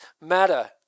matter